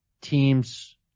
teams